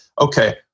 okay